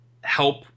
help